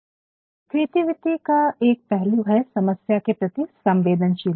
creativity का एक पहलू है समस्या के प्रति संवेदनशीलता